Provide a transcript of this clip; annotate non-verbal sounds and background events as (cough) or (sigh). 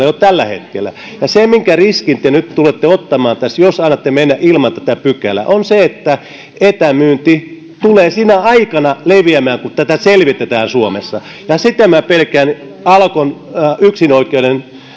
(unintelligible) jo tällä hetkellä se minkä riskin te nyt tulette ottamaan tässä jos annatte tämän mennä ilman tätä pykälää on se että etämyynti tulee leviämään sinä aikana kun tätä selvitetään suomessa ja sitä minä pelkään alkon yksinoikeuden